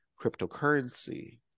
cryptocurrency